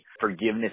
forgiveness